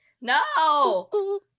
No